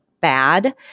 bad